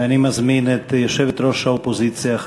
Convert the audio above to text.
ואני מזמין את יושבת-ראש האופוזיציה,